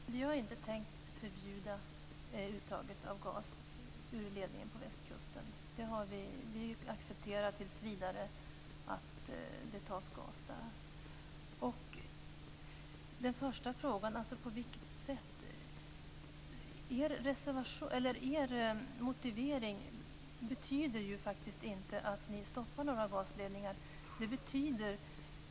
Fru talman! Vi har inte tänkt förbjuda uttag av gas ur ledningen på västkusten. Vi accepterar tills vidare att gas tas ut där. Den första frågan gällde på vilket sätt. Er motivering betyder inte att ni stoppar några gasledningar.